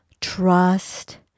trust